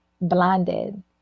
blinded